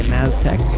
Maztec